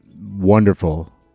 wonderful